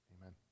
Amen